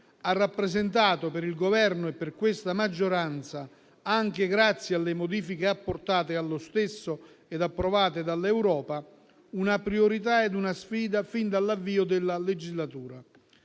ha rappresentato per il Governo e per questa maggioranza, anche grazie alle modifiche apportate allo stesso ed approvate dall'Europa, una priorità ed una sfida fin dall'avvio della legislatura.